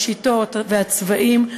השיטות והצבעים,